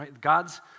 God's